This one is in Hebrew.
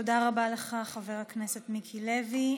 תודה רבה לך, חבר הכנסת מיקי לוי.